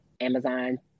Amazon